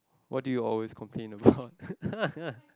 what do you always complain about